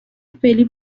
فعلی